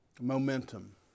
Momentum